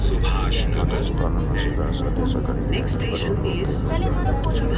मत्स्य पालन आ शिकार सं देशक करीब डेढ़ करोड़ लोग कें रोजगार भेटै छै